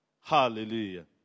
Hallelujah